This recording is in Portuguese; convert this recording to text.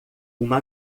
uma